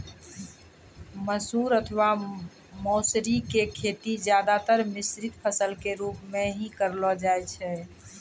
मसूर अथवा मौसरी के खेती ज्यादातर मिश्रित फसल के रूप मॅ हीं करलो जाय छै